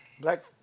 Black